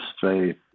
faith